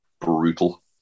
brutal